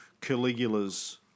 Caligula's